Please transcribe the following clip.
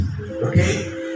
Okay